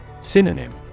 Synonym